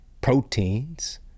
proteins